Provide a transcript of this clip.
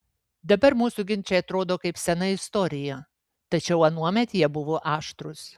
dabar mūsų ginčai atrodo kaip sena istorija tačiau anuomet jie buvo aštrūs